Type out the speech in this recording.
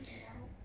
!wow!